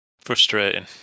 Frustrating